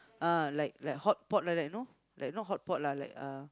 ah like like hotpot like that you know like not hotpot lah like uh